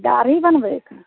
दाढ़ी बनबैके